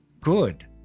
good